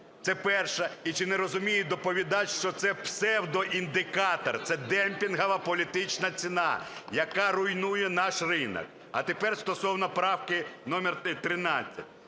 Це перше. І чи не розуміє доповідач, що це псевдоіндикатор? Це демпінгова політична ціна, яка руйнує наш ринок. А тепер стосовно правки номер 13.